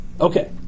Okay